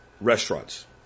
restaurants